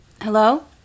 Hello